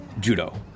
Judo